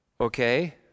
Okay